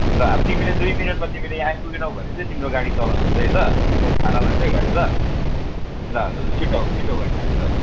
ल अब दुई मिनटमा तिमीले यहाँ आइपुगेनौ भने चाहिँ तिम्रो गाडी चलान हुन्छै ल म थाना लान्छु है गाडी ल ल ल लु छिट्टो आऊ बहिनी छिट्टो आऊ